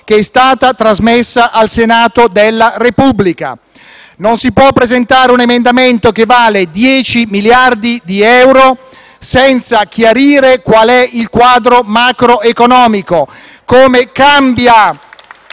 che è stata trasmessa al Senato della Repubblica. Non si può presentare un emendamento che vale 10 miliardi di euro senza chiarire qual è il quadro macroeconomico *(Applausi